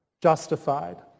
justified